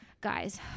guys